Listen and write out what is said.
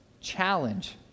Challenge